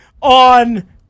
on